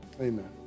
Amen